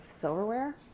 silverware